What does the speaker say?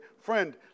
friend